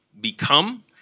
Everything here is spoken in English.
become